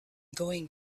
going